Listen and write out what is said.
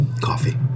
Coffee